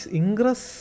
ingress